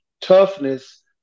toughness